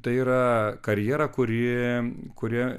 tai yra karjera kuri kuria